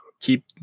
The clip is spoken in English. Keep